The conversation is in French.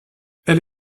elle